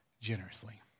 generously